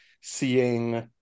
seeing